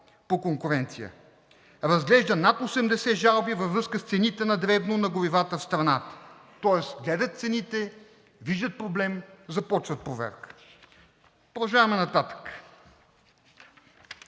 по конкуренция разглежда над 80 жалби във връзка с цените на дребно на горивата в страната, тоест гледат цените, виждат проблем, започват проверка. Продължаваме нататък.